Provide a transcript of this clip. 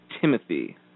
Timothy